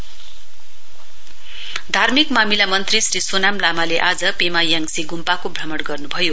SKM धार्मिक मामिला मन्त्री श्री सोनाम लामाले आज पेमा याङसी ग्म्पाको भ्रमण गर्नुभयो